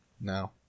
no